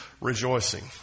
rejoicing